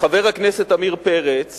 חבר הכנסת עמיר פרץ